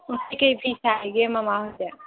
ꯀꯔꯤ ꯀꯔꯤ ꯐꯤ ꯁꯥꯔꯤꯒꯦ ꯃꯃꯥ ꯍꯣꯏꯗꯤ